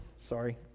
sorry